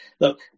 Look